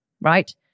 right